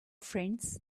friends